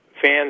fans